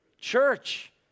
Church